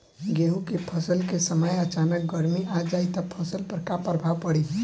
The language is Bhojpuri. गेहुँ के फसल के समय अचानक गर्मी आ जाई त फसल पर का प्रभाव पड़ी?